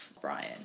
Brian